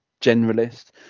generalist